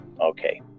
Okay